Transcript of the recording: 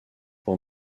pour